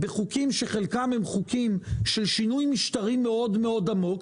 בחוקים שחלקם הם חוקים של שינוי משטרי מאוד מאוד עמוק,